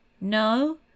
no